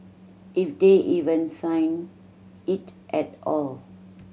if they even sign it at all